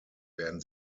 werden